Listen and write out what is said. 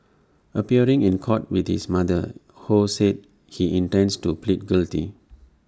appearing in court with his mother ho said he intends to plead guilty